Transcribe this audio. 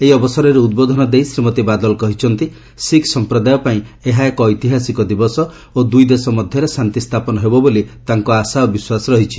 ଏହି ଅବସରରେ ଉଦ୍ବୋଧନ ଦେଇ ଶ୍ରୀମତୀ ବାଦଲ କହିଛନ୍ତି ଶିଖ୍ ସମ୍ପ୍ରଦାୟ ପାଇଁ ଏହା ଏକ ଐତିହାସିକ ଦିବସ ଓ ଦୁଇଦେଶ ମଧ୍ୟରେ ଶାନ୍ତି ସ୍ଥାପନ ହେବ ବୋଲି ତାଙ୍କ ଆଶା ଓ ବିଶ୍ୱାସ ରହିଛି